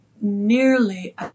nearly